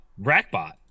Rackbot